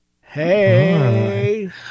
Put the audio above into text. Hey